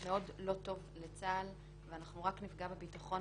לא טוב לצה"ל ואנחנו רק נפגע בביטחון,